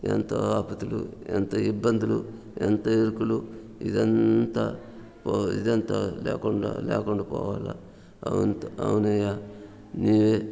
ఎంతో ఆపదలు ఎంతో ఇబ్బందులు ఎంత ఇరుకులు ఇదంతా ఇదంతా లేకుండా లేకుండా పోవాల అవునయ్యా నీవే